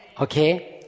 okay